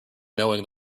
knowing